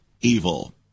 evil